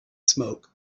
smoke